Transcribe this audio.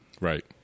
Right